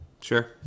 Sure